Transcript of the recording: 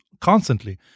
constantly